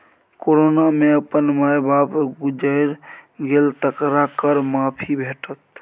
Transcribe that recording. corona मे अपन माय बाप गुजैर गेल तकरा कर माफी भेटत